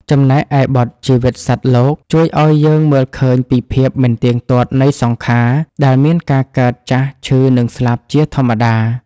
ចំណែកឯបទ ជីវិតសត្វលោក ជួយឱ្យយើងមើលឃើញពីភាពមិនទៀងទាត់នៃសង្ខារ ដែលមានការកើត ចាស់ ឈឺ និងស្លាប់ជាធម្មតា។